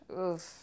Oof